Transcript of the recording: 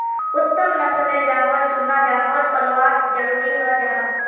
उत्तम नस्लेर जानवर चुनना जानवर पल्वात ज़रूरी हं जाहा